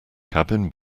cabin